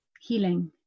healing